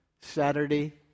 Saturday